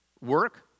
work